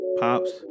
pops